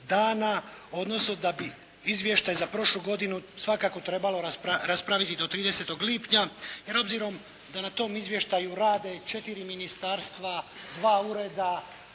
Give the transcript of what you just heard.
odnosno da bi izvještaj prošlu godinu svakako trebalo raspraviti do 30. lipnja jer obzirom da na tom izvještaju rade i 4 ministarstva, dva ureda,